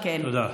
תודה.